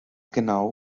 genau